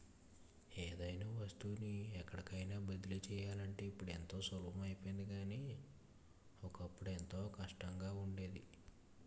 ఏదైనా వస్తువుని ఎక్కడికైన బదిలీ చెయ్యాలంటే ఇప్పుడు ఎంతో సులభం అయిపోయింది కానీ, ఒకప్పుడు ఎంతో కష్టంగా ఉండేది